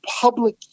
public